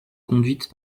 conduite